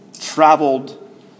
traveled